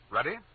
Ready